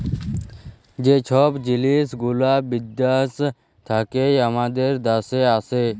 যে ছব জিলিস গুলা বিদ্যাস থ্যাইকে আমাদের দ্যাশে আসে